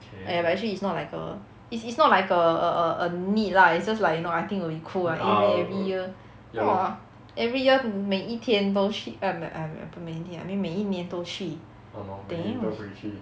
!aiya! but actually it's not like a it's it's not like a a a need lah it's just like you know I think it'll be cool lah a there every year !wah! every year 每一天都去 ah 没有 ah 没有不是每一天 lah I mean 每一年都去 damn